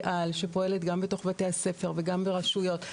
על שפועלת גם בתוך בתי הספר וגם ברשויות.